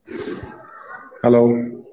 Hello